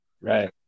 Right